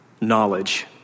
knowledge